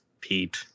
Pete